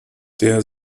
der